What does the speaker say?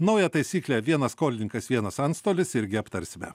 naują taisyklę vienas skolininkas vienas antstolis irgi aptarsime